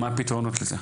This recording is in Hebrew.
מה הפתרונות לזה?